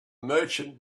merchant